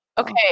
Okay